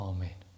Amen